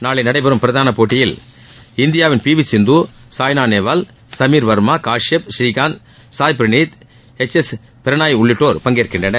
நாளை நடைபெறும் பிரதான போட்டிகளில் இந்தியாவின் P V Sindhu Saina Nehwal Sameer Verma Kashyap Srikanth Sai Praneeth H S Prannoy உள்ளிட்டோர் பங்கேற்கின்றனர்